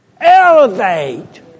Elevate